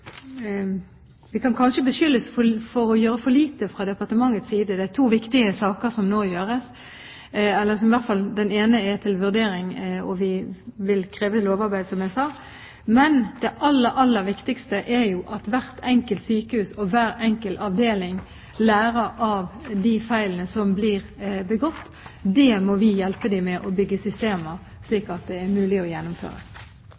beskyldes for å gjøre for lite fra departementets side. Det er to viktige saker som nå gjøres. Den ene er til vurdering og vil kreve et lovarbeid, som jeg sa, men det aller viktigste er jo at hvert enkelt sykehus og hver enkelt avdeling lærer av de feilene som blir begått. Der må vi hjelpe dem med å bygge systemer,